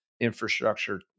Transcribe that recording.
infrastructure